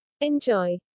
enjoy